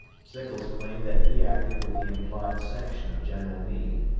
sickles claimed that he acted with the implied sanction of general meade,